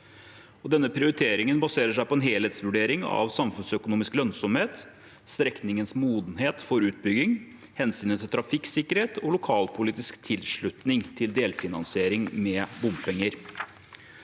Denne prioriteringen baserer seg på en helhetsvurdering av samfunnsøkonomisk lønnsomhet, strekningens modenhet for utbygging, hensynet til trafikksikkerhet og lokalpolitisk tilslutning til delfinansiering med bompenger.